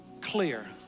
clear